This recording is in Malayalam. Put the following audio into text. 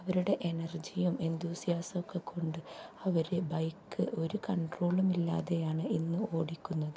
അവരുടെ എനർജിയും എന്തൂസിയാസ ഒക്കെ കൊണ്ട് അവർ ബൈക്ക് ഒരു കൺട്രോളുമില്ലാതെയാണ് ഇന്ന് ഓടിക്കുന്നത്